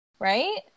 right